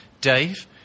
Dave